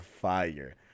fire